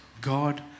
God